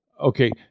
Okay